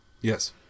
Yes